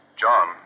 John